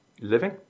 Living